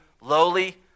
lowly